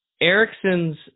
Erickson's